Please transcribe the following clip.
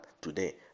today